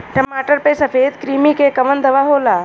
टमाटर पे सफेद क्रीमी के कवन दवा होला?